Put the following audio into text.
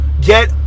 Get